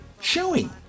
showing